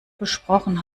besprochen